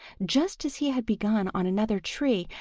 just as he had begun on another tree,